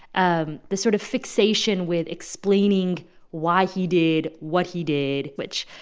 um the sort of fixation with explaining why he did what he did, which,